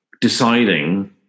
deciding